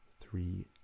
three